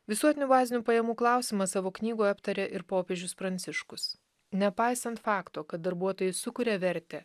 visuotinių bazinių pajamų klausimą savo knygoje aptarė ir popiežius pranciškus nepaisant fakto kad darbuotojai sukuria vertę